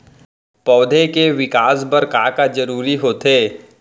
पौधे के विकास बर का का जरूरी होथे?